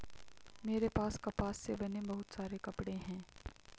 मेरे पास कपास से बने बहुत सारे कपड़े हैं